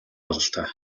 бололтой